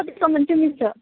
कतिसम्म चाहिँ मिल्छ